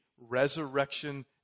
resurrection